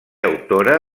autora